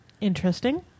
Interesting